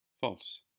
false